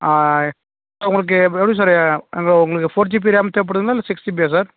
உங்களுக்கு எப்படி சார் அந்த உங்களுக்கு ஃபோர் ஜிபி ரேம் தேவைப்படுதுங்களா இல்லை சிக்ஸ் ஜிபியா சார்